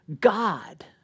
God